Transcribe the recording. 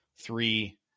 three